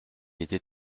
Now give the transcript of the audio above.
était